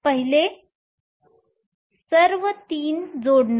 पहिले म्हणजे सर्व 3 जोडणे